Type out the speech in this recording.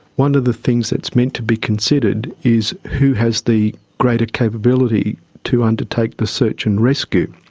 one of the things that's meant to be considered is who has the greater capability to undertake the search and rescue.